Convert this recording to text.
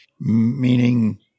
Meaning